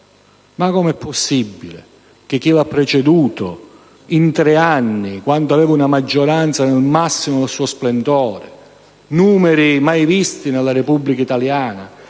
ma come è possibile che chi l'ha preceduta in tre anni, quando vi era una maggioranza al massimo del suo splendore, con numeri mai visti nella storia della Repubblica italiana,